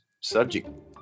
subject